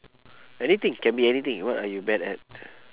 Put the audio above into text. anything can be anything what are you bad at